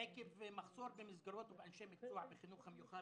עקב מחסור במסגרות ובאנשי מקצוע בחינוך המיוחד